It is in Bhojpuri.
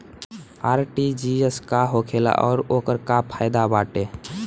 आर.टी.जी.एस का होखेला और ओकर का फाइदा बाटे?